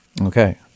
Okay